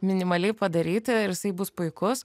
minimaliai padaryti jisai bus puikus